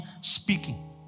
speaking